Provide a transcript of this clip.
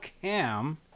cam